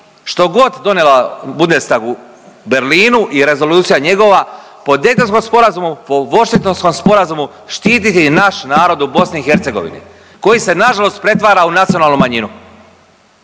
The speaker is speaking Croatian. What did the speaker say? što god donela Bundestag u Berlinu i rezolucija njegova po Daytonskom sporazumu, po Washingtonskom sporazumu štiti naš narod u BiH koji se nažalost pretvara u nacionalnu manjinu